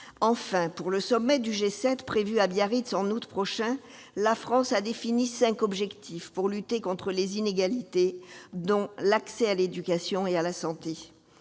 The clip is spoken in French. garçons. Pour le sommet du G7 prévu à Biarritz en août prochain, la France a défini cinq objectifs pour lutter contre les inégalités, dont l'accès à l'éducation et à la santé.